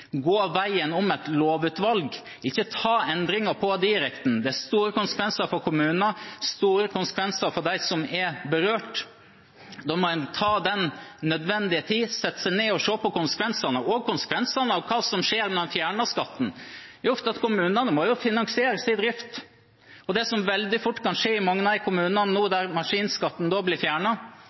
gå veien om et lovutvalg og ikke ta endringene på direkten. Det har store konsekvenser for kommunene, og det har store konsekvenser for dem som er berørt. Da må man ta den nødvendige tid, sette seg ned og se på konsekvensene og hva som skjer når man fjerner skatten. Kommunene må jo finansiere sin drift, og det som veldig fort kan skje i mange av kommunene der maskinskatten nå blir